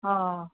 हय